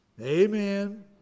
Amen